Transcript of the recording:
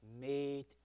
made